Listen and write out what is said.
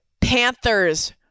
Panthers